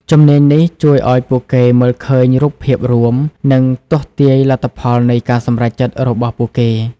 ជំនាញនេះជួយឲ្យពួកគេមើលឃើញរូបភាពរួម និងទស្សន៍ទាយលទ្ធផលនៃការសម្រេចចិត្តរបស់ពួកគេ។